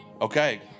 Okay